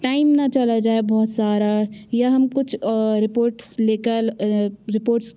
time न चला जाए बहुत सारा या हम कुछ ओर रिपोर्टस लेकर रिपोर्ट्स